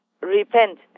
repent